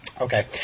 okay